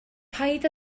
paid